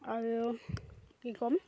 আৰু কি ক'ম